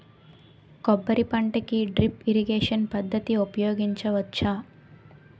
కొబ్బరి పంట కి డ్రిప్ ఇరిగేషన్ పద్ధతి ఉపయగించవచ్చా?